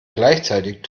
gleichzeitig